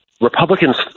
Republicans